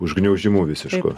užgniaužimu visišku